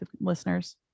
listeners